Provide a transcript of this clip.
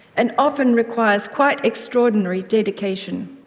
and often requires quite extraordinary dedication.